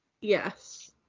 yes